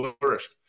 flourished